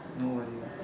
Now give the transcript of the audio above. nobody